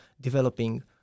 developing